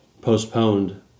postponed